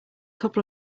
couple